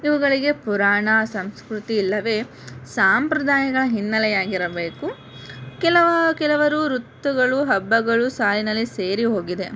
ಇವುಗಳಿಗೆ ಪುರಾಣ ಸಂಸ್ಕೃತಿ ಇಲ್ಲವೇ ಸಂಪ್ರದಾಯಗಳ ಹಿನ್ನೆಲೆಯಾಗಿರಬೇಕು ಕೆಲವು ಕೆಲವರು ರುತ್ತುಗಳು ಹಬ್ಬಗಳು ಸಾಲಿನಲ್ಲಿ ಸೇರಿ ಹೋಗಿದೆ